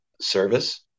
service